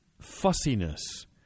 fussiness